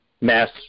mass